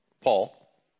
Paul